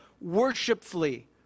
worshipfully